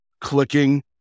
clicking